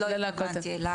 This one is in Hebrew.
לא התכוונתי אליו.